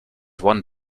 one